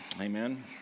Amen